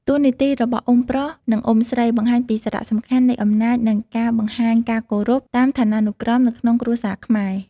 តួនាទីរបស់អ៊ុំប្រុស និងអ៊ុំស្រីបង្ហាញពីសារៈសំខាន់នៃអំណាច និងការបង្ហាញការគោរពតាមឋាននុក្រមនៅក្នុងគ្រួសារខ្មែរ។